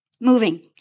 moving